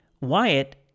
Wyatt